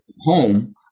home